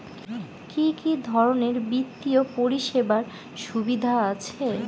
কি কি ধরনের বিত্তীয় পরিষেবার সুবিধা আছে?